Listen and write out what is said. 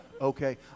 Okay